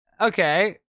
okay